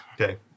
Okay